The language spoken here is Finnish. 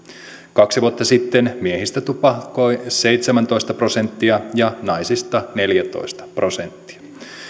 kaksi vuotta sitten miehistä tupakoi seitsemäntoista prosenttia ja naisista neljätoista prosenttia